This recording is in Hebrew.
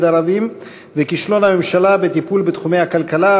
ערבים וכישלון הממשלה בטיפול בתחומי הכלכלה,